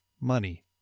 money